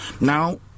now